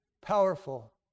powerful